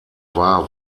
war